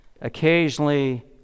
Occasionally